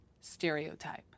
stereotype